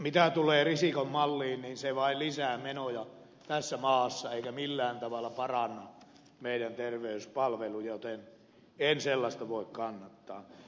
mitä tulee risikon malliin niin se vain lisää menoja tässä maassa eikä millään tavalla paranna meidän terveyspalvelujamme joten en sellaista voi kannattaa